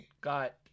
got